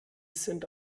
sind